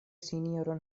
sinjoron